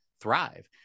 thrive